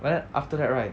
but then after that right